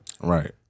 Right